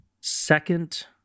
second